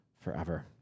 forever